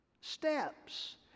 steps